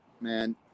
man